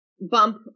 bump